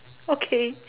okay